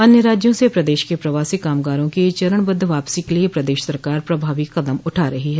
अन्य राज्यों से प्रदेश के प्रवासी कामगारों की चरणबद्ध वापसी के लिए प्रदेश सरकार प्रभावी कदम उठा रही है